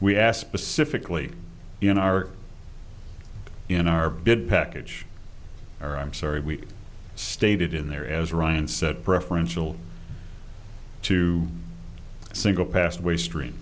we asked specifically in our in our bid package or i'm sorry we stated in there as ryan said preferential to single past way stre